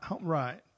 right